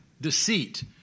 deceit